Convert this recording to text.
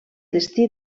destí